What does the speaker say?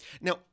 Now